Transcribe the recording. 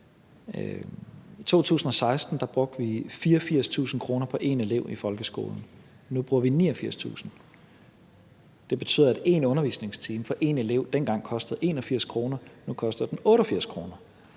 I 2016 brugte vi 84.000 kr. på én elev i folkeskolen. Nu bruger vi 89.000 kr. Det betyder, at én undervisningstime for én elev dengang kostede 81 kr.; nu koster den 88 kr.